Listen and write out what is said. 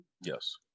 yes